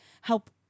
help